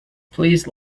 please